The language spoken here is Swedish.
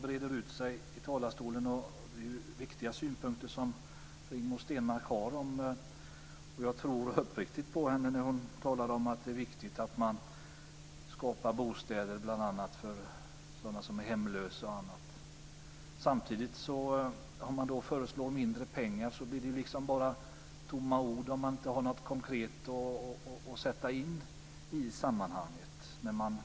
Rigmor Stenmark har viktiga synpunkter, och jag tror uppriktigt på henne när hon säger att det är angeläget att ordna med bostäder bl.a. för hemlösa. Om man samtidigt föreslår mindre pengar än i regeringens förslag blir det dock bara tomma ord.